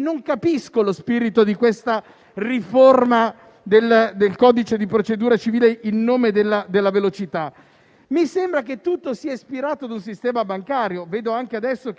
Non capisco quindi lo spirito di questa riforma del codice di procedura civile, in nome della velocità. Mi sembra che tutto sia ispirato da un sistema bancario. Vedo che adesso